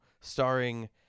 starring